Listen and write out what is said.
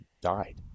died